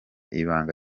ibanga